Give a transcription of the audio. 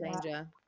Danger